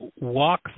walk